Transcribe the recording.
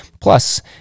Plus